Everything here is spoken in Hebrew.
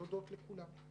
תודות לכולם.